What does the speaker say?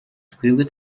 twebwe